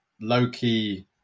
Low-key –